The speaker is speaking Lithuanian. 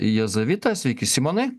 jazavitas sveiki simonai